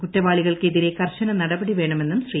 കുറ്റ്സിളീകൾക്കെതിരെ കർശന നടപടി വേണമെന്നും ശ്രീ